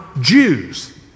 Jews